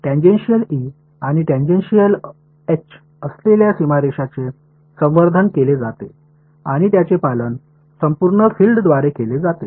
tangential E आणि tangential H असलेल्या सीमारेषाचे संवर्धन केले जाते आणि त्यांचे पालन संपूर्ण फील्डद्वारे केले जाते